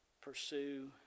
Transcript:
pursue